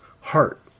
heart